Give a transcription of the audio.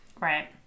Right